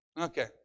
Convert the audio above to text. Okay